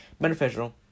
beneficial